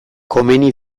komeni